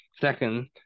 Second